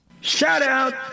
Shout-out